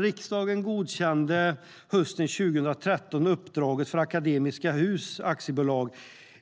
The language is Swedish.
Riksdagen godkände hösten 2013 uppdraget för Akademiska Hus AB.